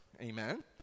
Amen